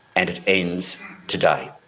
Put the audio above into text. and it ends today.